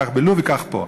כך בלוב וכך פה.